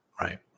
Right